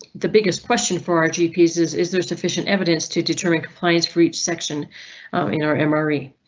the biggest question for our gps is, is there sufficient evidence to determine compliance for each section in our memory?